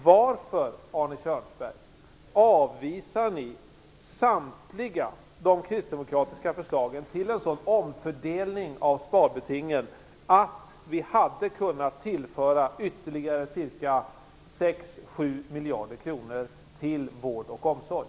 Varför avvisar ni samtliga de kristdemokratiska förslagen till omfördelning av sparbetingen, så att vi hade kunnat tillföra ytterligare ca 6-7 miljarder till vård och omsorg?